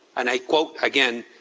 and i quote, again,